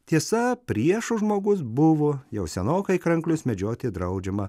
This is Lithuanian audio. tiesa priešo žmogus buvo jau senokai kranklius medžioti draudžiama